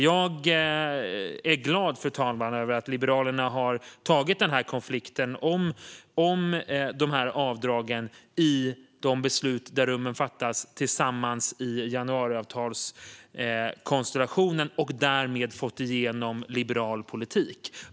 Jag är glad, fru talman, över att Liberalerna har tagit konflikten om de här avdragen i de rum där besluten fattades i januariavtalskonstellationen och därmed fått igenom liberal politik.